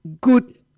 good